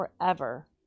forever